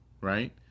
Right